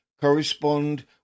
correspond